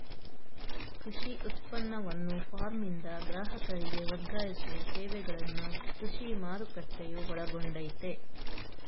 ಕೃಷಿ ಉತ್ಪನ್ನವನ್ನು ಫಾರ್ಮ್ನಿಂದ ಗ್ರಾಹಕರಿಗೆ ವರ್ಗಾಯಿಸುವ ಸೇವೆಗಳನ್ನು ಕೃಷಿ ಮಾರುಕಟ್ಟೆಯು ಒಳಗೊಂಡಯ್ತೇ